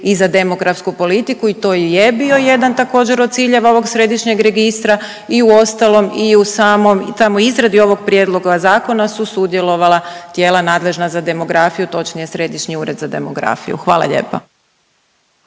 i za demografsku politiku i to i je bio jedan također od ciljeva ovog središnjeg registra i uostalom i u samoj izradi ovog prijedloga zakona su sudjelovala tijela nadležna za demografiju, točnije Središnji ured za demografiju. Hvala lijepa.